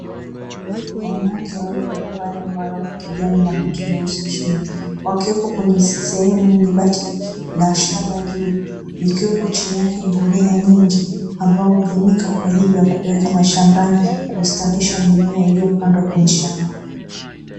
Wanawake wawili waliovaa ovaroli la kijani na buti nyeusi chini wakiwepo kwenye sehemu yenye bati la shaba juu, ikiwepo chini yake mbolea nyingi ambayo hutumika kwaajili ya kupeleka mashambani, kustawisha mimea iliyopandwa kwenye shamba.